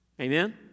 amen